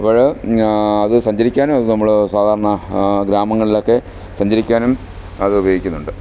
അപ്പോൾ അത് സഞ്ചരിക്കാനും അതു നമ്മൾ സാധാരണ ഗ്രാമങ്ങളിലൊക്കെ സഞ്ചരിക്കാനും അത് ഉപയോഗിക്കുന്നുണ്ട്